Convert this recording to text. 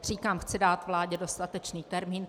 Říkám, chci dát vládě dostatečný termín.